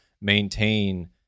maintain